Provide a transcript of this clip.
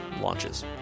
launches